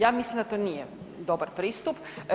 Ja mislim da to nije dobar pristup.